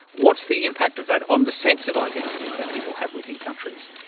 what's the impact of that on the sense of identity that people have within countries?